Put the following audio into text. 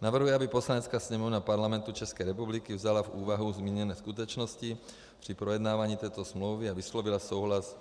Navrhuji, aby Poslanecká sněmovna Parlamentu České republiky vzala v úvahu zmíněné skutečnosti při projednávání této smlouvy a vyslovila souhlas